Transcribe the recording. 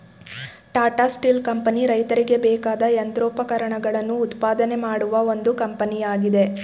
Tata steel company ರೈತರಿಗೆ ಬೇಕಾದ ಯಂತ್ರೋಪಕರಣಗಳನ್ನು ಉತ್ಪಾದನೆ ಮಾಡುವ ಒಂದು ಕಂಪನಿಯಾಗಿದೆ